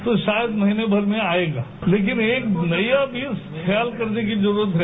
तो शायद महीने भर में आएगा लेकिन एक बुराई भी ख्याल करने की जरूरत है